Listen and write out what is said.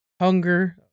hunger